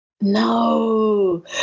no